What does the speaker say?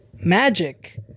Magic